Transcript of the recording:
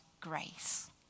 grace